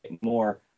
more